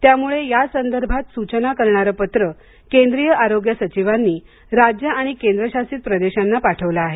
त्यामुळे यासंदर्भात सूचना करणारं पत्र केंद्रीय आरोग्य सचिवांनी राज्यं आणि केंद्र शासित प्रदेशांना पाठवलं आहे